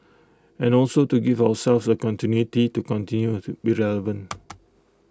and also to give ourselves A continuity to continue have be relevant